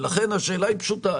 לכן השאלה היא פשוטה.